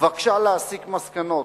בבקשה להסיק מסקנות,